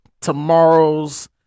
tomorrow's